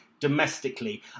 domestically